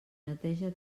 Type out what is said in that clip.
neteja